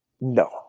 No